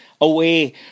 away